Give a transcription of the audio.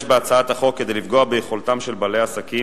בהצעת החוק כדי לפגוע ביכולתם של בעלי עסקים,